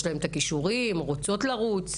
כישורים ורוצות לרוץ,